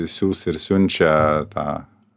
siųs ir siunčia tą